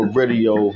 radio